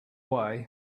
way